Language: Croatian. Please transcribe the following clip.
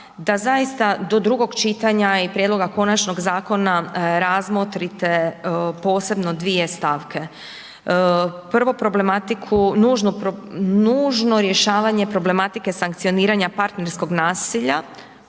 da zaista do drugog čitanja i prijedloga Konačnog zakona razmotrite posebno dvije stavke, prvo problematiku, nužno rješavanje problematike sankcioniranja partnerskog nasilja